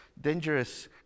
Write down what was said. dangerous